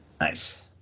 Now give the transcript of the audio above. Nice